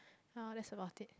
uh that's about it